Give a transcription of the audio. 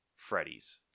freddy's